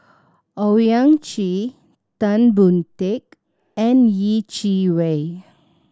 Owyang Chi Tan Boon Teik and Yeh Chi Wei